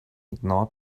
ignored